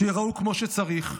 שייראו כמו שצריך?